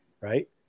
right